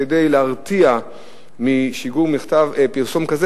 כדי להרתיע משיגור מכתב פרסום כזה.